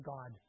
God